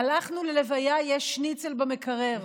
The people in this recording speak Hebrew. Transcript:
הלכנו ללוויה, יש שניצל במקרר,